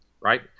right